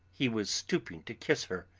he was stooping to kiss her,